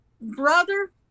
brother